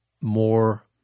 more